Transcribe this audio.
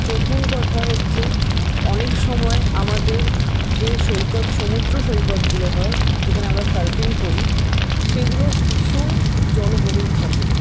প্রথম কথা হচ্ছে অনেক সময় আমাদের যে সৈকত সমুদ্র সৈকতগুলো হয় যেখানে আমরা সার্ফিং করি সেগুলো ভীষণ জনবহুল থাকে